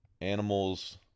Animals